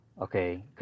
okay